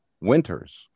winters